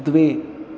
द्वे